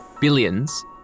billions